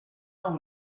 del